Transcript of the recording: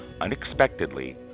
unexpectedly